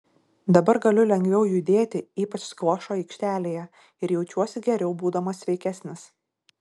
dabar galiu lengviau judėti ypač skvošo aikštelėje ir jaučiuosi geriau būdamas sveikesnis